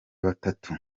batatu